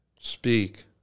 Speak